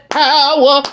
power